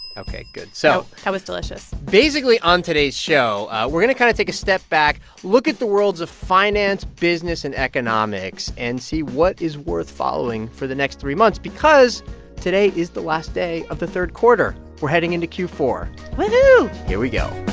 ok, good so that was delicious basically, on today's show, we're going to kind of take a step back, look at the worlds of finance, business and economics and see what is worth following for the next three months because today is the last day of the third quarter. we're heading into q four point woohoo here we go